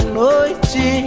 noite